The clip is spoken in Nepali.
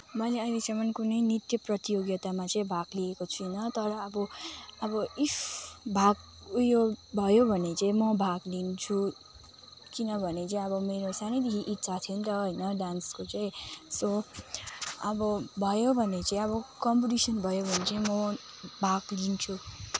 मैले अहिलेसम्म कुनै नृत्य प्रतियोगितामा चाहिँ भाग लिएको छुइनँ तर अब अब इफ भाग उयो भयो भने चाहिँ म भाग लिन्छु किनभने चाहिँ अब मेरो सानैदेखि इच्छा थियो नि त होइन डान्सको चाहिँ सो अब भयो भने चाहिँ अब कम्पिटिसन भयो भने चाहिँ म भाग लिन्छु